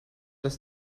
dass